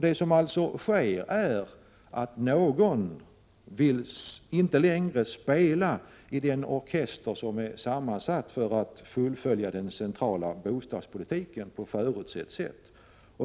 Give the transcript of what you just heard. Det som sker är alltså att någon inte längre vill spela i den orkester som är sammansatt för att fullfölja den centrala bostadspolitiken på förutsett sätt.